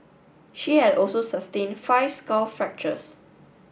she had also sustained five skull fractures